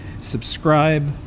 Subscribe